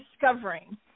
discovering